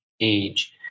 age